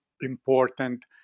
important